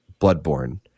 Bloodborne